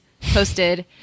posted